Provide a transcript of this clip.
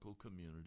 community